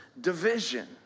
division